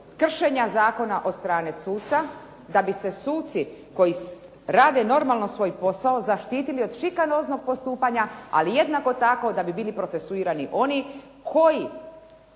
kršenja zakona od strane suca da bi se suci koji rade normalno svoj posao zaštitili od šikanoznog postupanja ali jednako tako da bi bili procesuirani oni koji